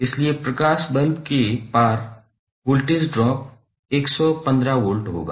इसलिए प्रकाश बल्ब के पार वोल्टेज ड्रॉप 115 वोल्ट होगा